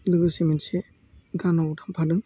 लोगोसे मोनसे गानाव थांफादों